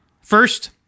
First